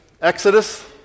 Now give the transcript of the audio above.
Exodus